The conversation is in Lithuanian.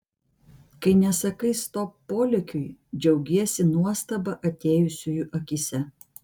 kai nesakai stop polėkiui džiaugiesi nuostaba atėjusiųjų akyse